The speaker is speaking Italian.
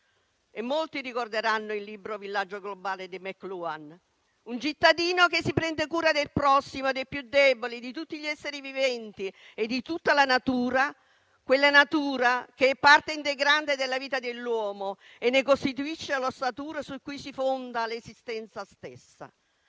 Molti ricorderanno il libro «Villaggio Globale» di Mcluhan. Un cittadino che si prende cura del prossimo, dei più deboli, di tutti gli esseri viventi e di tutta la natura, quella natura che è parte integrante della vita dell'uomo e che costituisce l'ossatura su cui si fonda l'esistenza stessa.